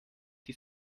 die